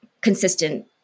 consistent